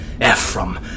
Ephraim